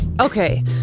Okay